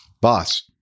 boss